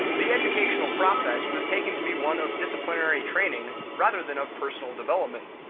the educational process was taken to be one of disciplinary training rather than of personal development.